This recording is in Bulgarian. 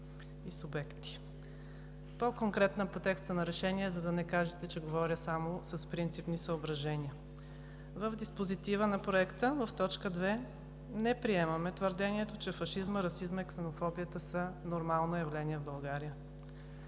По-конкретно по текста на Решение, за да не кажете, че говоря само с принципни съображения. В диспозитива на Проекта в точка 2 не приемаме твърдението, че фашизмът, расизмът и ксенофобията са нормално явление в България.